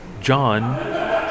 John